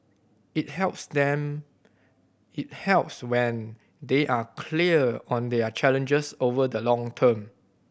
it helps then it helps when they are clear on their challenges over the long term